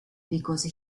because